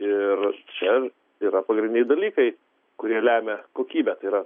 ir čia yra pagrindiniai dalykai kurie lemia kokybę tai yra